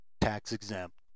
tax-exempt